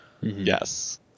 yes